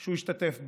שהוא השתתף בו,